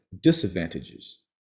disadvantages